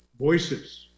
voices